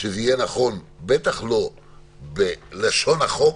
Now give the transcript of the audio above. שזה יהיה נכון, בטח לא בלשון החוק,